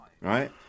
Right